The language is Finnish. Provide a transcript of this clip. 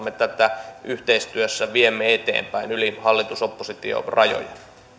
me tätä yhteistyössä viemme eteenpäin yli hallitus oppositio rajojen